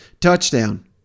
touchdown